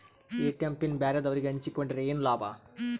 ATM PIN ಬ್ಯಾರೆದವರಗೆ ಹಂಚಿಕೊಂಡರೆ ಏನು ಲಾಭ?